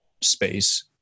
space